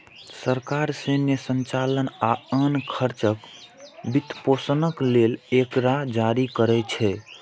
सरकार सैन्य संचालन आ आन खर्चक वित्तपोषण लेल एकरा जारी करै छै